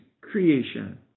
creation